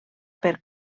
per